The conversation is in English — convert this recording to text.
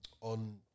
on